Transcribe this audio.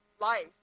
life